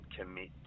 commit